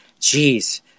jeez